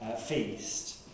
feast